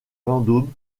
vendôme